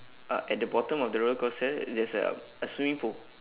uh at the bottom of the rollercoaster just a a swimming pool